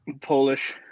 Polish